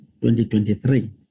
2023